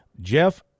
Jeff